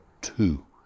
two